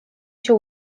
się